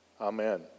amen